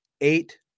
Eight